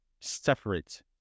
separate